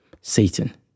satan